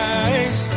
eyes